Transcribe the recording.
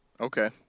Okay